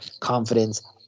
confidence